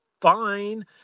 fine